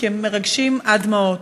כי הם מרגשים עד דמעות: